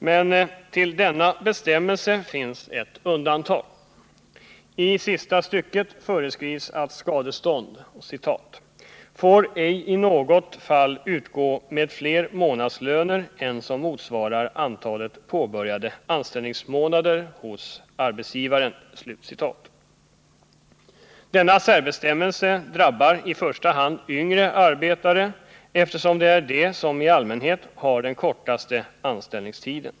Men till denna bestämmelse finns ett undantag. I sista stycket föreskrivs att skadestånd ”—-—-får ej i något fall utgå med fler månadslöner än som motsvarar antalet påbörjade anställningsmånader hos arbetsgivaren”. Denna särbestämmelse drabbar i första hand yngre arbetare eftersom det är de som i allmänhet har den kortaste anställningstiden.